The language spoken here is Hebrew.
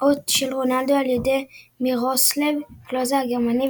של רונאלדו על ידי מירוסלב קלוזה הגרמני,